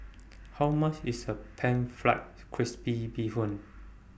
How much IS A Pan Fried Crispy Bee Hoon